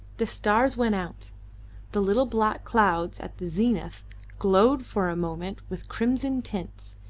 the stars went out the little black clouds at the zenith glowed for a moment with crimson tints,